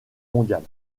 mondiale